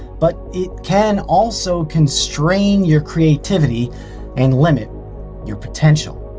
but it can also constrain your creativity and limit your potential.